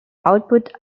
output